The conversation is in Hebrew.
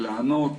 לענות,